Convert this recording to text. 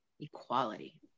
Equality